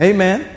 Amen